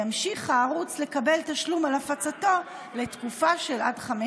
ימשיך הערוץ לקבל תשלום על הפצתו לתקופה של עד חמש